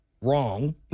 wrong